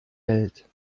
welt